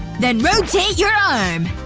then rotate your arm.